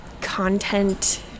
content